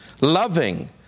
Loving